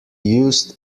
used